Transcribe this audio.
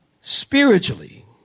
Spiritually